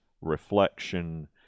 reflection